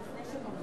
אין.